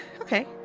okay